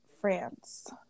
France